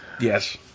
yes